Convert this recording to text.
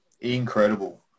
Incredible